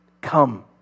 Come